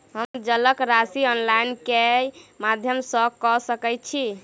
हम जलक राशि ऑनलाइन केँ माध्यम सँ कऽ सकैत छी?